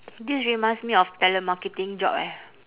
this reminds me of telemarketing job eh